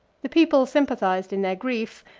the people sympathized in their grief,